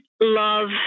love